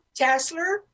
Tassler